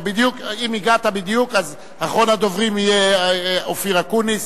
אם הגעת בדיוק, אחרון הדוברים יהיה אופיר אקוניס.